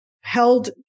held